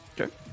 Okay